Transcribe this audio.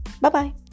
Bye-bye